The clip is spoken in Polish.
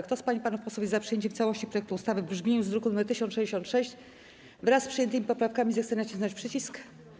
Kto z pań i panów posłów jest za przyjęciem w całości projektu ustawy w brzmieniu z druku nr 1066, wraz z przyjętymi poprawkami, zechce nacisnąć przycisk.